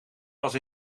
was